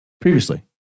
previously